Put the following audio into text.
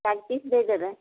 ଚାରି ପିସ୍ ଦେଇଦେବେ